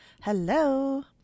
Hello